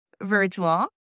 virtual